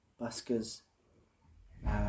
busker's